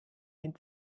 den